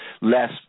less